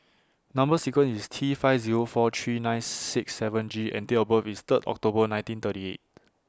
Number sequence IS T five Zero four three nine six seven G and Date of birth IS Third October nineteen thirty eight